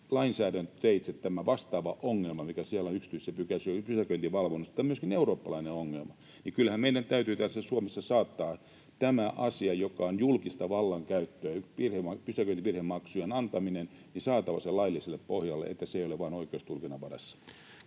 lainsäädäntöteitse tämä vastaava ongelma, mikä siellä on yksityisessä pysäköinninvalvonnassa. Tämä on myöskin eurooppalainen ongelma. Kyllähän meidän täytyy täällä Suomessa saattaa tämä asia, joka on julkista vallankäyttöä — pysäköintivirhemaksujen antaminen — lailliselle pohjalle, niin että se ei ole vain oikeustulkinnan varassa.